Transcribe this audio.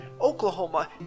Oklahoma